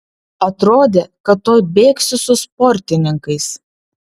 atrodė kad tuoj bėgsiu su sportininkais